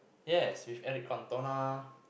yes which Eric-Cantona